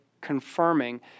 confirming